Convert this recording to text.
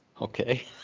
Okay